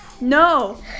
No